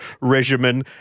regimen